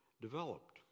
developed